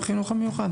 ושילוב?